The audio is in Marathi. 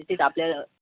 किती